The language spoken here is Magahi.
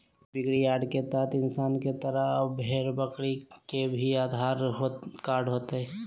भेड़ बिक्रीयार्ड के तहत इंसान के तरह अब भेड़ बकरी के भी आधार कार्ड होतय